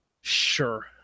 sure